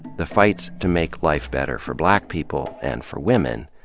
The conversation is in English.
the fights to make life better for black people, and for women,